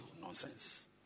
Nonsense